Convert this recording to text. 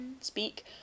speak